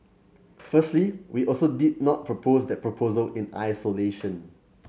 firstly we also did not propose that proposal in isolation